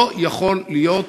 לא יכול להיות,